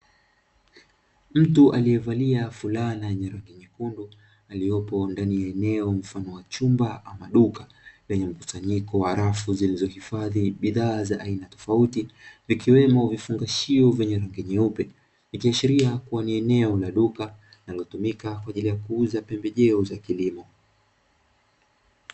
Mtu aliyevalia fulana yenye rangi nyekundu, aliyepo ndani ya eneo mfano wa chumba ama duka; lenye mkusanyiko wa rafu zilizohifadhi bidhaa za aina tofauti, vikiwemo vifungashio vya rangi nyeupe, ikiashiria kuwa ni eneo la duka linalotumika kwa ajili ya kuuza pembejeo za kilimo.